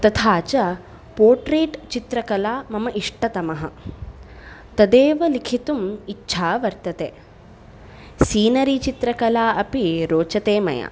तथा च पोट्रेट् चित्रकला मम इष्टतमः तदेव लिखितुम् इच्छा वर्तते सीनरि चित्रकला अपि रोचते मया